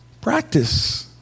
practice